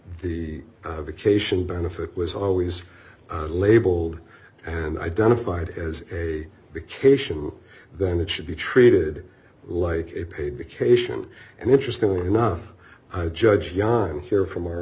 the vacation benefit was always labeled and identified as a vacation then it should be treated like a paid vacation and interesting enough i judge young here from our